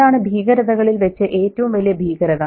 അതാണ് ഭീകരതകളിൽ വെച്ച് ഏറ്റവും വലിയ ഭീകരത